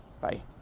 Bye